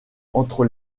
entre